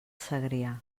segrià